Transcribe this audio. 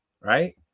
right